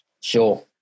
sure